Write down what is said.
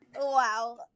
Wow